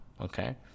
Okay